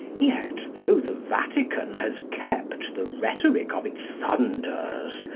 yet, though the vatican has kept the rhetoric of its thunders,